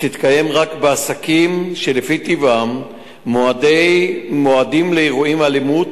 שתתקיים רק בעסקים שלפי טיבם מועדים לאירועי אלימות